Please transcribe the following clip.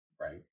Right